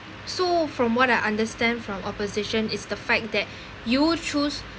so from what I understand from opposition is the fact that you choose